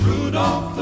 Rudolph